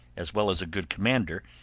as well as a good commander,